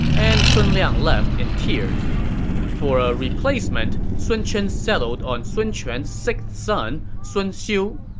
and sun liang left in tears for a replacement, sun chen settled on sun quan's sixth son, sun xiu.